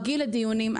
רגיל לדיונים.